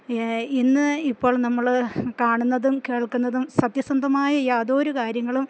ഇന്നിപ്പോൾ നമ്മള് കാണുന്നതും കേൾക്കുന്നതും സത്യസന്ധമായ യാതൊരു കാര്യങ്ങളും